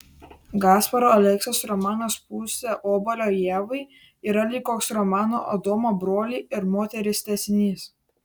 gasparo aleksos romanas pusė obuolio ievai yra lyg koks romano adomo broliai ir moterys tęsinys